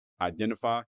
identify